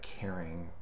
caring